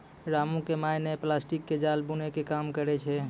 रामू के माय नॅ प्लास्टिक के जाल बूनै के काम करै छै